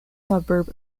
suburb